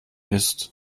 ist